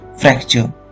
Fracture